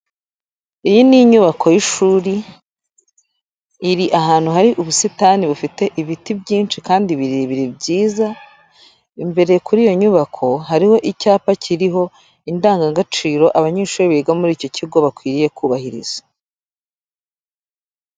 Iyi ni inyubako y'ishuri, iri ahantu hari ubusitani bufite ibiti byinshi kandi birebire byiza, imbere kuri iyo nyubako hariho icyapa kiriho indangagaciro abanyeshuri biga muri icyo kigo bakwiriye kubahiriza.